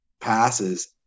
passes